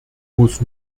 muss